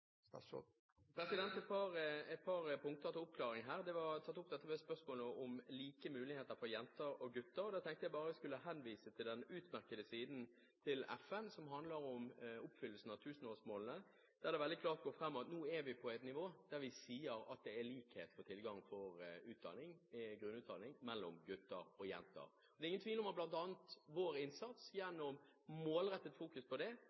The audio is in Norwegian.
et par punkter til oppklaring. Man tok opp spørsmålet om like muligheter for jenter og gutter. Da tenkte jeg bare at jeg skulle henvise til den utmerkede siden til FN, som handler om oppfyllelsen av tusenårsmålene, der det veldig klart går fram at vi nå er på et nivå der vi sier at det er likhet for tilgang på grunnutdanning for gutter og jenter. Det er ingen tvil om at bl.a. vår innsats gjennom målrettet fokus på dette har bidratt til det.